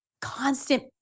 constant